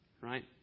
Right